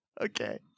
Okay